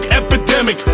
epidemic